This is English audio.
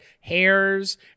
hairs